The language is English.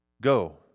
go